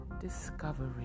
Discovery